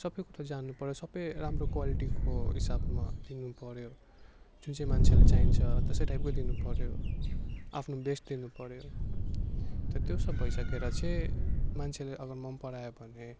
सबै कुरा जान्नुपर्यो सबै राम्रो क्वालिटीको हिसाबमा लिनुपर्यो जुन चाहिँ मान्छेलाई चाहिन्छ त्यस्तै टाइपकै दिनुपर्यो आफ्नो बेस्ट दिनुपर्यो त त्यो सब भइसकेर चाहिँ मान्छेले अगर मनपरायो भने